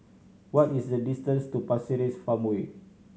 what is the distance to Pasir Ris Farmway